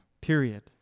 period